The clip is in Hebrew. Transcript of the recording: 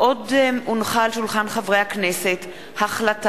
אין מתנגדים, אין נמנעים.